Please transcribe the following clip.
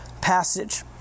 passage